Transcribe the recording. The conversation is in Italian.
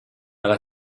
alla